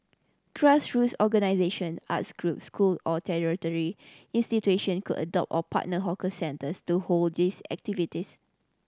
grassroots organisation arts groups school or tertiary institution could adopt or partner hawker centres to hold these activities